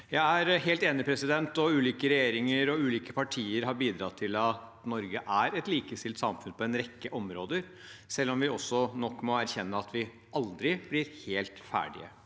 Jeg er helt enig, og ulike regjeringer og ulike partier har bidratt til at Norge er et likestilt samfunn på en rekke områder – selv om vi nok må erkjenne at vi aldri blir helt ferdige.